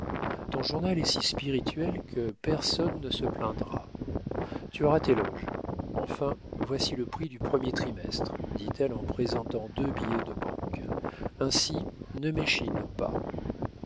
ton journal est si spirituel que personne ne se plaindra tu auras tes loges enfin voici le prix du premier trimestre dit-elle en présentant deux billets de banque ainsi ne m'échine pas